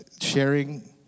sharing